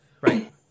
right